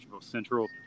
central